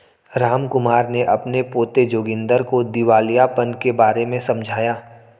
रामकुमार ने अपने पोते जोगिंदर को दिवालियापन के बारे में समझाया